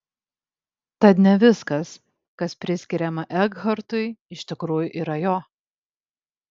tad ne viskas kas priskiriama ekhartui iš tikrųjų yra jo